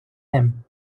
him